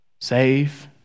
save